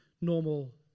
normal